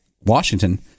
Washington